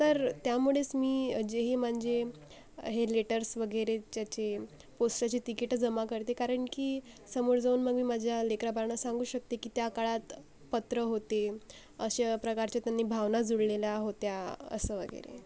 तर त्यामुळेस मी जेही म्हणजे हे लेटर्स वगैरे ज्याचे पोस्साची तिकिटं जमा करते कारण की समोर जाऊन मग मी माझ्या लेकराबाळांना सांगू शकते की त्या काळात पत्रं होते अशा प्रकारच्या त्यांनी भावना जुळलेल्या होत्या असं वगैरे